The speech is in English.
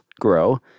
grow